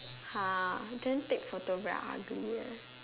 !huh! then take photo very ugly leh